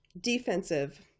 defensive